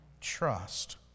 trust